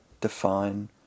define